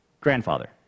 grandfather